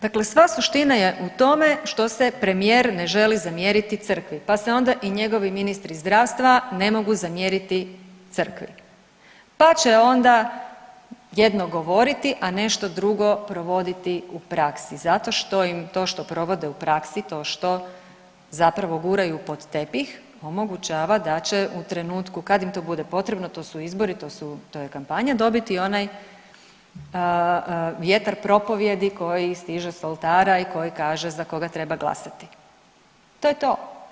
Dakle sva suština je u tome što se premijer ne želi zamjeriti crkvi, pa se onda i njegovi ministri zdravstva ne mogu zamjeriti crkvi, pa će onda jedno govoriti, a nešto drugo provoditi u praksi zato što im to što provode u praksi, to što zapravo guraju pod tepih omogućava da će u trenutku kad im to bude potrebno, to su izbori, to je kampanja, dobiti onaj vjetar propovjedi koji stiže s oltara i koji kaže za koga treba glasati, to je to.